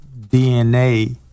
DNA